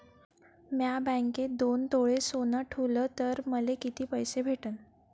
म्या बँकेत दोन तोळे सोनं ठुलं तर मले किती पैसे भेटन